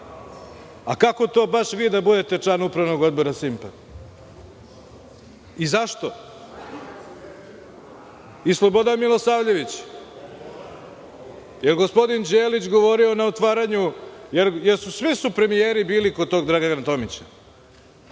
A kako to da baš vi budete član Upravnog odbora „Simpa“? Zašto? I Slobodan Milisavljević? Da li je gospodine Đelić govorio na otvaranju? Svi su premijeri bili kod tog Dragan Tomića.